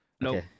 No